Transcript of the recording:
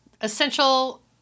essential